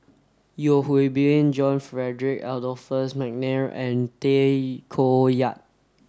Yeo Hwee Bin John Frederick Adolphus McNair and Tay Koh Yat